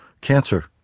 cancer